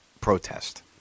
protest